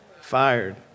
Fired